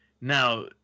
now